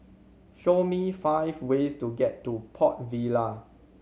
show me five ways to get to Port Vila